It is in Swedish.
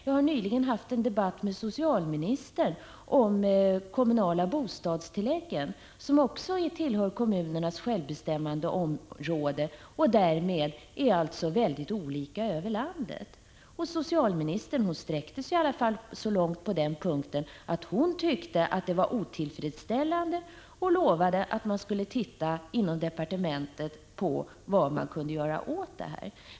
Jag har nyligen haft en debatt med socialministern om de kommunala bostadstilläggen, som också tillhör kommunernas självbestämmandeområde och därmed är mycket olika över landet. Socialministern sträckte sig på den punkten i alla fall så långt att hon uttalade att nuvarande förhållanden är otillfredsställande. Hon lovade också att man inom departementet skulle studera vad man kunde göra åt saken.